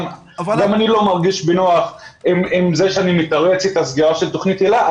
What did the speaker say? גם אני לא מרגיש בנוח עם זה שאני מתרץ את הסגירה של תוכנית היל"ה,